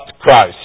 Christ